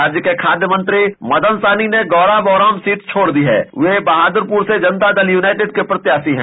राज्य के खाद्य मंत्री मदन सहनी ने गौरा बौडाम सीट छोड दी है वे बहादुरपुर से जनता दल यूनाइटेड के प्रत्याशी है